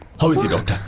how is he, doctor?